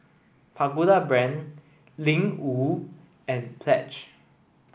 Pagoda Brand Ling Wu and Pledge